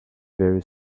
very